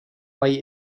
mají